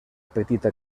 petita